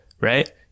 right